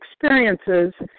experiences